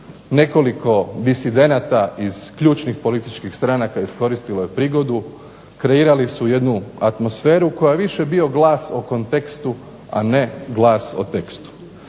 Nekoliko disidenata iz ključnih političkih stranaka iskoristilo je prigodu, kreirali su jednu atmosferu koja je više bio glas o kontekstu, a ne glas o tekstu.